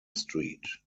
street